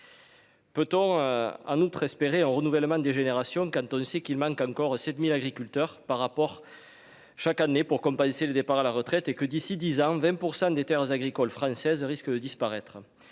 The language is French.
Peut-on, en outre, espérer un renouvellement des générations, quand on sait qu'il manque encore 7000 agriculteurs par rapport chaque année pour compenser les départs à la retraite et que d'ici 10 ans, 20 % des Terres agricoles françaises risquent de disparaître,